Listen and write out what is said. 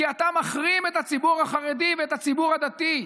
כי אתה מחרים את הציבור החרדי ואת הציבור הדתי,